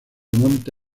monte